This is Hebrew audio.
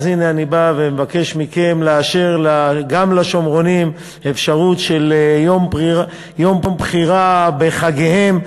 אז הנה אני בא ומבקש מכם לאשר גם לשומרונים אפשרות של יום בחירה בחגיהם,